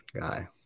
guy